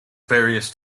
various